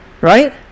Right